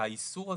האיסור הזה,